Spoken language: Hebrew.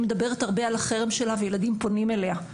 מדברת הרבה על החרם שלה וילדים פונים אליה.